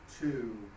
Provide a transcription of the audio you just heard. Two